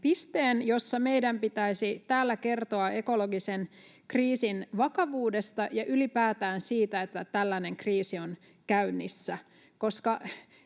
jossa meidän pitäisi täällä kertoa ekologisen kriisin vakavuudesta ja ylipäätään siitä, että tällainen kriisi on käynnissä,